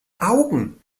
augen